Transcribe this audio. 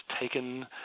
taken